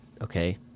Okay